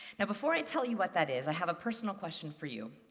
now, before i tell you what that is, i have a personal question for you,